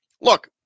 look